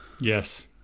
Yes